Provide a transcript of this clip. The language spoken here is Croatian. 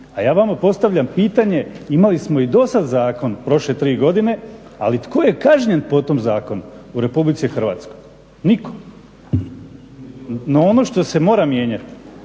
A ja vama postavljam pitanje imali smo i do sada zakon prošle tri godine, ali tko je kažnjen po tom zakonu u Republici Hrvatskoj? Nitko. No, ono što se mora mijenjati